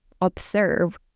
observe